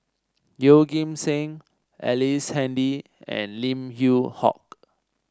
Yeoh Ghim Seng Ellice Handy and Lim Yew Hock